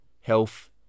health